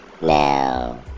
Now